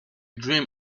dream